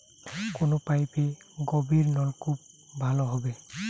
কোন পাইপে গভিরনলকুপ ভালো হবে?